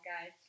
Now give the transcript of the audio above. guys